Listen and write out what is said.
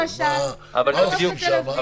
למשל, לא רק בתל אביב.